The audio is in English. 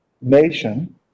nation